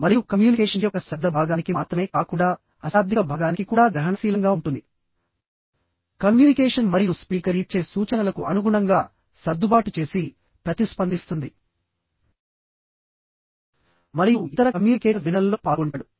మరియు కమ్యూనికేషన్ యొక్క శబ్ద భాగానికి మాత్రమే కాకుండా అశాబ్దిక భాగానికి కూడా గ్రహణశీలంగా ఉంటుంది కమ్యూనికేషన్ మరియు స్పీకర్ ఇచ్చే సూచనలకు అనుగుణంగా సర్దుబాటు చేసి ప్రతిస్పందిస్తుంది మరియు ఇతర కమ్యూనికేటర్ వినడంలో పాల్గొంటాడు